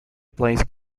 plays